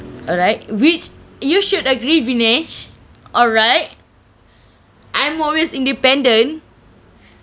alright which you should agree vinesh alright I'm always independent